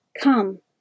Come